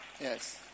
Yes